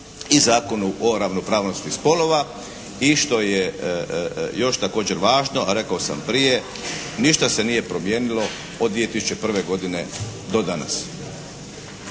i Zakona o ravnopravnosti spolova. I što je još također važno a rekao sam prije ništa se nije promijenilo od 2001. godine do danas.